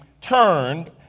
turned